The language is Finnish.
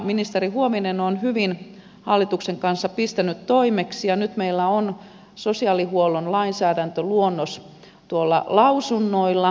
ministeri huovinen on hyvin hallituksen kanssa pistänyt toimeksi ja nyt meillä on sosiaalihuollon lainsäädäntöluonnos tuolla lausunnoilla